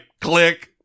click